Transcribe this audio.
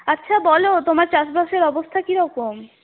আচ্ছা বলো তোমার চাষবাসের অবস্থা কিরকম